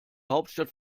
hauptstadt